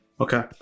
Okay